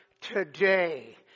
today